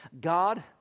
God